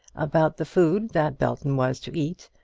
about the food that belton was to eat,